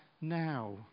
now